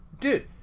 Dude